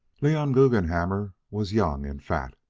leon guggenhammer was young and fat.